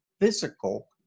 physical